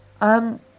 Um